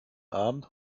abend